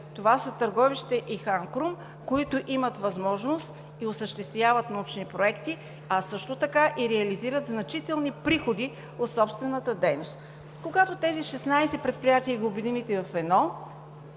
това са Търговище и Хан Крум, които имат възможност и осъществяват научни проекти, а също така и реализират значителни приходи от собствената дейност. Когато тези 16 предприятия ги обедините в едно,